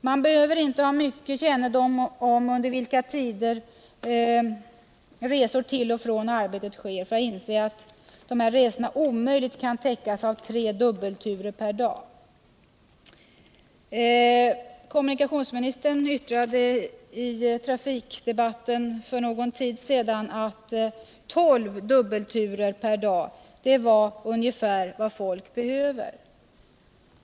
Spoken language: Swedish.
Man behöver inte ha mycken kännedom om under vilka tider resor till och från arbetet sker för att inse att de resorna omöjligt kan täckas av tre dubbelturer per dag. Kommunikationsministern yttrade i trafikdebatten för någon tid sedan att tolv dubbelturer per dag var ungefär vad folk behöver.